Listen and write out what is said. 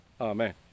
amen